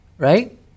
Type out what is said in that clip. Right